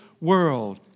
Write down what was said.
world